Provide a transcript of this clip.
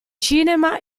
cinema